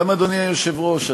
גם אדוני היושב-ראש,